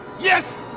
yes